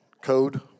Code